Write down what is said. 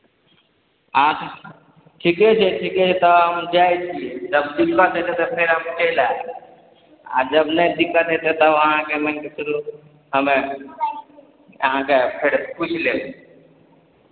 अच्छा ठीके छै ठीके छै तऽ हम जाइ छियै जब दिक्कत हेतै तऽ फेर हम चलि आयब आ जब नहि दिक्कत हेतै तब अहाँके मानि कऽ चलू हमे अहाँकेँ फेर पुछि लेब